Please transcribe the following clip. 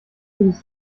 würdest